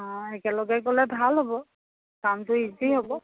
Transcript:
অ' একেলগে গ'লে ভাল হ'ব কামটো ইজি হ'ব